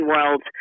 world